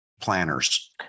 planners